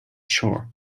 shore